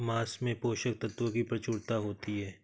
माँस में पोषक तत्त्वों की प्रचूरता होती है